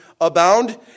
abound